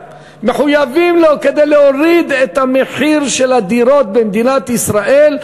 כדי להוריד את מחיר הדירות במדינת ישראל,